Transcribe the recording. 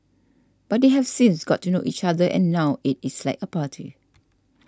but they have since got to know each other and now it is like a party